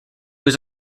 was